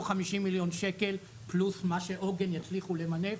50 מיליון שקל פלוס מה שעוגן יצליחו למנף,